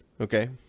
Okay